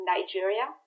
Nigeria